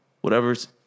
whatever's